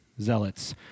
zealots